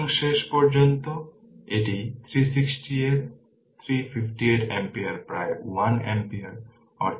সুতরাং শেষ পর্যন্ত এটি 360 এর 358 ampere প্রায় 1 ampere অর্থাৎ i